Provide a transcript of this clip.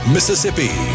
Mississippi